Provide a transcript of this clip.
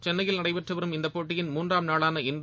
சென்னையில் நடைபெற்று வரும் இந்த போட்டியின் மூன்றாம் நாளான இன்று